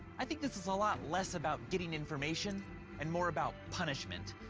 i think this is a lot less about getting information and more about punishment.